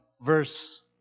verse